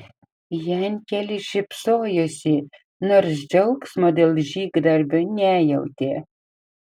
jankelis šypsojosi nors džiaugsmo dėl žygdarbio nejautė